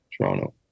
Toronto